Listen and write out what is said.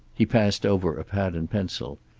he passed over a pad and pencil,